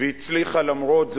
והצליחה, למרות זאת,